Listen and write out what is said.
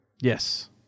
Yes